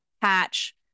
patch